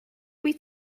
wyt